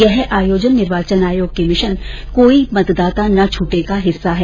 यह आयोजन निर्वाचन आयोग के मिशन कोई मतदाता न छटे का हिस्सा है